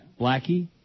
Blackie